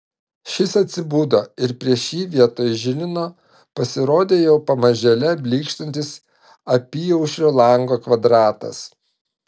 šis atsibudo ir prieš jį vietoj žilino pasirodė jau pamažėle blykštantis apyaušrio lango kvadratas